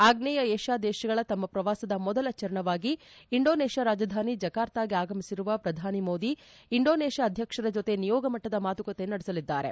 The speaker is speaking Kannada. ಅಗ್ನೇಯಾ ಏಷ್ತಾ ದೇಶಗಳ ತಮ್ಮ ಶ್ರವಾಸದ ಮೊದಲ ಚರಣವಾಗಿ ಇಂಡೋನೇಷ್ತಾ ರಾಜಧಾನಿ ಜಕಾರ್ತಗೆ ಆಗಮಿಸಿರುವ ಪ್ರಧಾನಿ ಮೋದಿ ಇಂಡೋನೇಷ್ಯಾ ಅಧ್ಯಕ್ಷರ ಜತೆ ನಿಯೋಗ ಮಟ್ಟದ ಮಾತುಕತೆ ನಡೆಸಲಿದ್ದಾರೆ